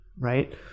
right